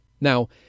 Now